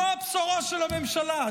זו הבשורה של הממשלה.